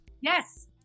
Yes